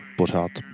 pořád